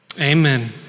Amen